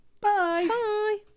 bye